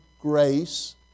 grace